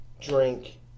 drink